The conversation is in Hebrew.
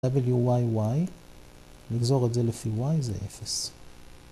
W y y, נגזור את זה לפי y זה 0.